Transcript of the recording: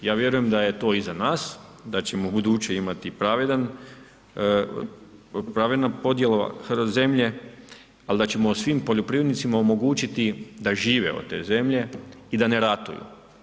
Ja vjerujem da je to iza nas, da ćemo u buduće imati pravednu podjelu zemlje ali da ćemo svim poljoprivrednicima omogućiti da žive od te zemlje i da ne ratuju.